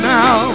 now